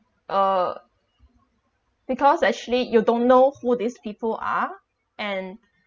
uh because actually you don't know who these people are and